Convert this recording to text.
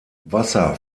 wasser